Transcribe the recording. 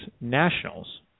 Nationals